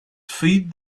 feed